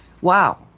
wow